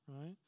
Right